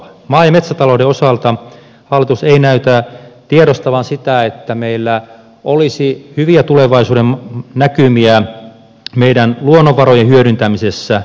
maa ja metsätalouden osalta hallitus ei näytä tiedostavan sitä että meillä olisi hyviä tulevaisuudennäkymiä meidän luonnonvarojen hyödyntämisessä